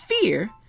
fear